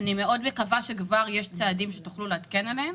אני מאוד מקווה שכבר יש צעדים שתוכלו לעדכן עליהם.